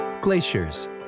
Glaciers